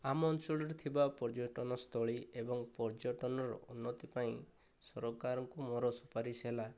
ଆମ ଅଞ୍ଚଳରେ ଥିବା ପର୍ଯ୍ୟଟନସ୍ଥଳୀ ଏବଂ ପର୍ଯ୍ୟଟନର ଉନ୍ନତି ପାଇଁ ସରକାରଙ୍କୁ ମୋର ସୁପାରିଶ ହେଲା